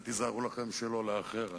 ותיזהרו לכם שלא לאחר,